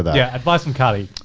yeah advice from cali.